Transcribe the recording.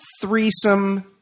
threesome